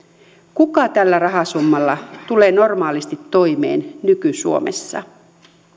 kuka tällä rahasummalla tulee normaalisti toimeen nyky suomessa